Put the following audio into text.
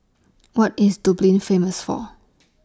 What IS Dublin Famous For